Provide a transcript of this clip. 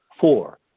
Four